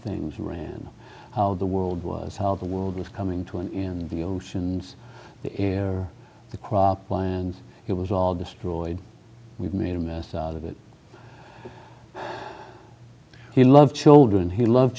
things ran how the world was how the world was coming to an end the oceans the air the cropland it was all destroyed we've made a mess out of it he loved children he loved